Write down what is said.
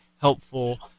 helpful